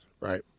right